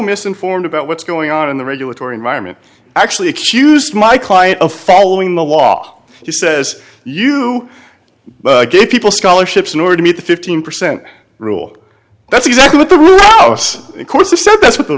misinformed about what's going on in the regulatory environment actually accused my client of following the law he says you get people scholarships in order to meet the fifteen percent rule that's exactly what the course is so that's what